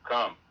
Come